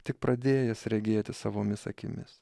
tik pradėjęs regėti savomis akimis